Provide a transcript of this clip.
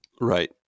Right